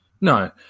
No